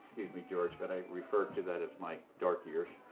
me george, but i refer to that as my dark years,